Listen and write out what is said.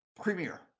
premier